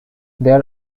there